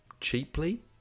cheaply